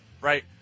right